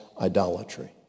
idolatry